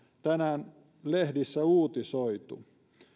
tänään lehdissä uutisoitu